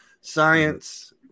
science